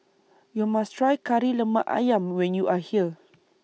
YOU must Try Kari Lemak Ayam when YOU Are here